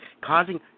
causing